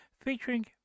featuring